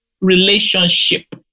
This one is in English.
relationship